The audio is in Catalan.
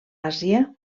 àsia